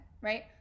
right